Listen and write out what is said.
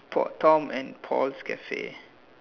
Paul Tom and Paul's Cafe